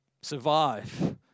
survive